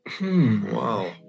Wow